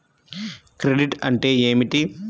Credit అంటే ఏమిటి?